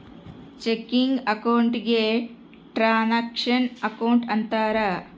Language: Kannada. ಚೆಕಿಂಗ್ ಅಕೌಂಟ್ ಗೆ ಟ್ರಾನಾಕ್ಷನ್ ಅಕೌಂಟ್ ಅಂತಾರ